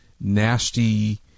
nasty